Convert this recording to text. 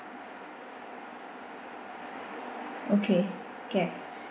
okay can